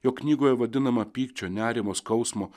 jo knygoje vadinama pykčio nerimo skausmo